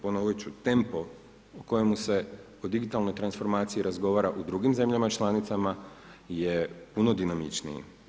Ponoviti ću, tempo u kojemu se o digitalnoj transformaciji razgovara u drugim zemljama članicama je puno dinamičniji.